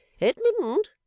edmund